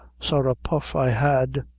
sorra puff i had.